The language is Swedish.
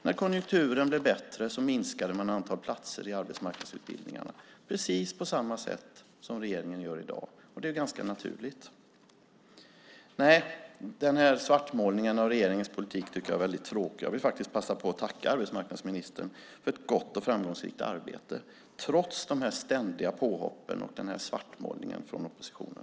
När konjunkturen blev bättre minskade man antalet platser i arbetsmarknadsutbildningarna, precis på samma sätt som regeringen gör i dag. Det är ganska naturligt. Den här svartmålningen av regeringens politik tycker jag är väldigt tråkig. Jag vill faktiskt passa på att tacka arbetsmarknadsministern för ett gott och framgångsrikt arbete, trots de ständiga påhoppen och den här svartmålningen från oppositionen.